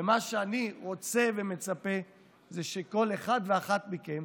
ומה שאני רוצה ומצפה הוא שכל אחד ואחת מכם